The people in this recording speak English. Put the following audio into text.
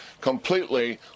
completely